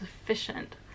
sufficient